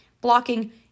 blocking